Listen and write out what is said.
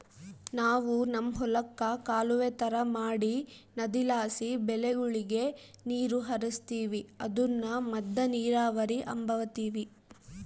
ನಾವು ನಮ್ ಹೊಲುಕ್ಕ ಕಾಲುವೆ ತರ ಮಾಡಿ ನದಿಲಾಸಿ ಬೆಳೆಗುಳಗೆ ನೀರು ಹರಿಸ್ತೀವಿ ಅದುನ್ನ ಮದ್ದ ನೀರಾವರಿ ಅಂಬತೀವಿ